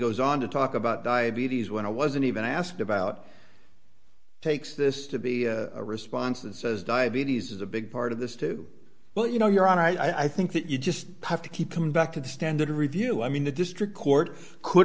goes on to talk about diabetes when i wasn't even asked about takes this to be a response and says diabetes is a big part of this too but you know your honor i think that you just have to keep coming back to the standard of review i mean the district court could